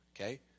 Okay